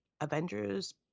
avengers